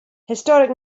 historic